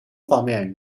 方面